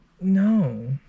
no